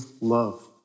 love